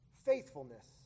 faithfulness